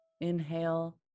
inhale